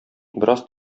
бераз